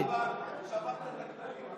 אתה שברת את הכללים.